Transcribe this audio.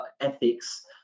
ethics